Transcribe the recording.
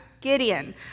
Gideon